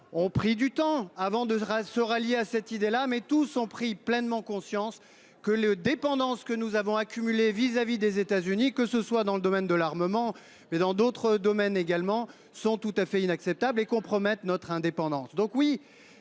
ont mis du temps avant de se rallier à cette idée là, mais tous ont pris pleinement conscience que les dépendances que nous avons accumulées vis à vis des États Unis, que ce soit dans le domaine de l’armement comme dans d’autres secteurs, sont tout à fait inacceptables et compromettent notre indépendance.